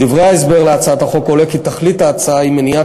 מדברי ההסבר להצעת החוק עולה כי תכלית ההצעה היא מניעת